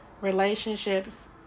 relationships